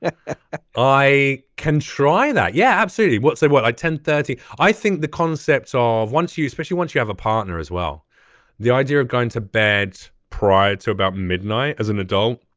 and i can try that. yeah absolutely. what say what i ten thirty i think the concepts ah of once you especially once you have a partner as well the idea of going to bed prior to about midnight as an adult